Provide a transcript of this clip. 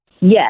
Yes